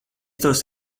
tos